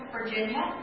Virginia